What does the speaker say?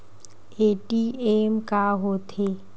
ATM का होथे?